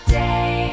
day